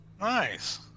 Nice